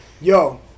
Yo